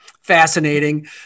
fascinating